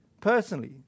personally